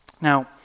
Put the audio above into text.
Now